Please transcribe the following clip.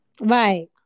Right